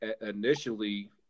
initially